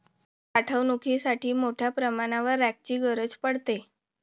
साठवणुकीसाठी मोठ्या प्रमाणावर रॅकची गरज पडते